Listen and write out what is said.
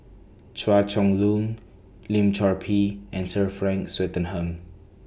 Chua Chong Long Lim Chor Pee and Sir Frank Swettenham